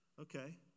Okay